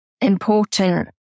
important